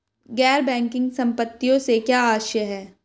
गैर बैंकिंग संपत्तियों से क्या आशय है?